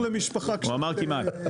הוא אמר כמעט,